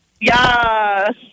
Yes